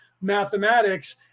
mathematics